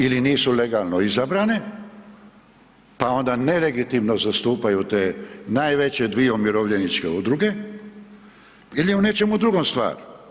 Ili nisu legalno izabrane pa onda nelegitimno zastupaju te najveće dvije umirovljeničke udruge ili je u nečemu drugom stvar.